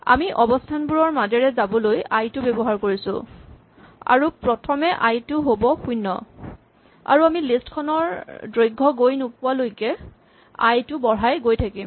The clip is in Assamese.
আমি অৱস্হানবোৰৰ মাজেৰে যাবলৈ আই টো ব্যৱহাৰ কৰিছো আৰু প্ৰথমে আই টো হ'ব শূণ্য আৰু আমি লিষ্ট খনৰ দৈৰ্ঘ গৈ নোপোৱালৈকে আই টো বঢ়াই গৈ থাকিম